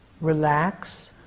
relax